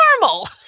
normal